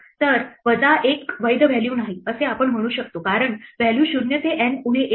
तर वजा एक वैध व्हॅल्यू नाही असे आपण म्हणू शकतो कारण व्हॅल्यू 0 ते N उणे 1 आहे